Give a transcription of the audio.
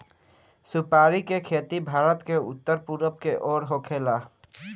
सुपारी के खेती भारत के उत्तर पूरब के ओर होखेला